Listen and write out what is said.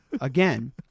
again